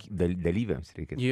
da dalyviams reikia